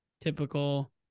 typical